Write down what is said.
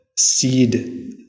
seed